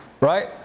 right